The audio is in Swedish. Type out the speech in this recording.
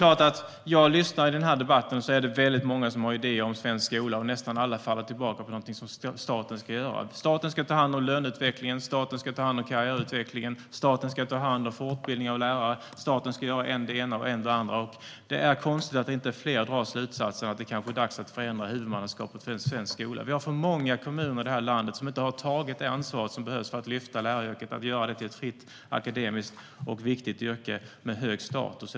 I den här debatten är det många som har idéer om svensk skola, och nästan alla faller tillbaka på någonting som staten ska göra: staten ska ta hand om löneutvecklingen, staten ska ta hand om karriärutvecklingen, staten ska ta hand om fortbildningen av lärare, staten ska göra än det ena, än det andra. Det är konstigt att inte fler drar slutsatsen att det kanske är dags att förändra huvudmannaskapet för svensk skola. Det är för många kommuner i landet som inte har tagit det ansvar som behövs för att lyfta läraryrket, för att göra det till ett fritt, akademiskt och viktigt yrke med hög status.